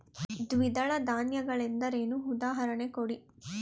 ದ್ವಿದಳ ಧಾನ್ಯ ಗಳೆಂದರೇನು, ಉದಾಹರಣೆ ಕೊಡಿ?